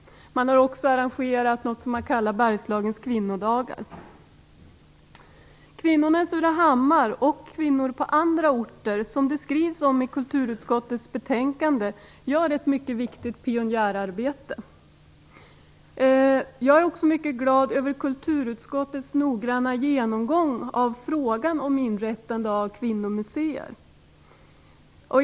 Man har också arrangerat något som man kallar Bergslagens kvinnodagar. Kvinnorna i Surahammar och på andra orter som det skrivs om i kulturutskottets betänkande gör ett mycket viktigt pionjärarbete. Jag är också mycket glad över kulturutskottets noggranna genomgång av frågan om inrättande av kvinnomuseer.